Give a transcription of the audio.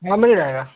हाँ मिल जाएगा